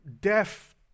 deaf